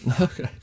Okay